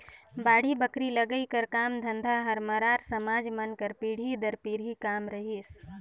बाड़ी बखरी लगई कर काम धंधा हर मरार समाज मन कर पीढ़ी दर पीढ़ी काम रहिस